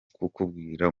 kukubwira